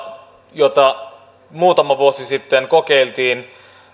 muutama vuosi sitten kokeiltiin